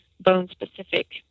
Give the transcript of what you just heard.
bone-specific